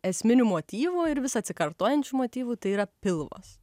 esminių motyvų ir vis atsikartojančių motyvų tai yra pilvas